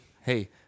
Hey